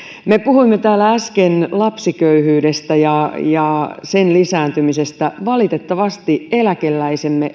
me puhuimme täällä äsken lapsiköyhyydestä ja ja sen lisääntymisestä valitettavasti eläkeläisemme